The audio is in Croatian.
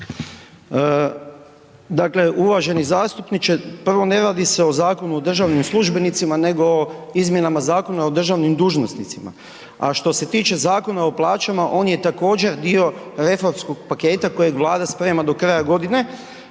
Dakle, uvaženi zastupniče prvo ne radi se o Zakonu o državnim službenicima nego o izmjenama Zakona o državnim dužnosnicima, a što se tiče Zakona o plaćama on je također dio reformskog paketa kojeg Vlada sprema do kraja godine,